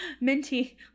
minty